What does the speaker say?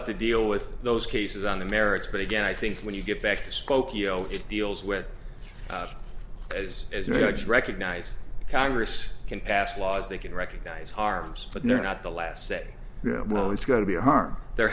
have to deal with those cases on the merits but again i think when you get back to spokeo it deals with as as much recognize that congress can pass laws they can recognize harms but not the last say well it's going to be a harm there